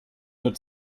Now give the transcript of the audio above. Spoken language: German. nur